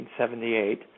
1978